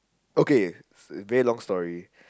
okay very long story